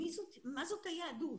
מה זאת היהדות,